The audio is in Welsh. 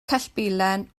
cellbilen